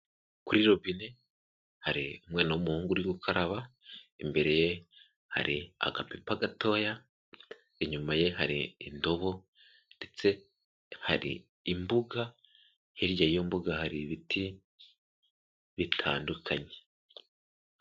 Kuri robine hari umwana w'umuhungu uri gukaraba, imbere ye hari agapipa gatoya, inyuma ye hari indobo ndetse hari imbuga, hirya y'iyo mbuga hari ibiti bitandukanye.